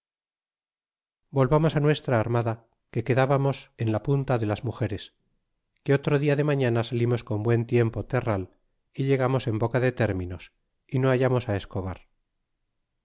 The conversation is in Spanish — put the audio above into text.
volvamos nuestra armada que quedábamos en la punta de las mugeres que otro dia de mañana salimos con buen tiempo terral y llegamos en boca de términos y no hallamos escobar